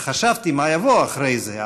חשבתי מה יבוא אחרי זה?